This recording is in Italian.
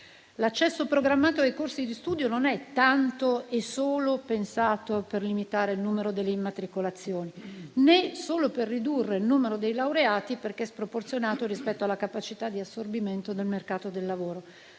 L'accesso programmato ai corsi di studio non è tanto e solo pensato per limitare il numero delle immatricolazioni, né solo per ridurre il numero dei laureati perché sproporzionato rispetto alla capacità di assorbimento nel mercato del lavoro.